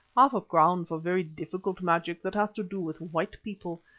half-a-crown for very difficult magic that has to do with white people,